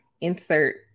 insert